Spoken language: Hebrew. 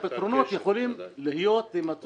הפתרונות יכולים להימצא.